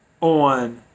on